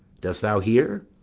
dost thou hear?